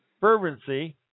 fervency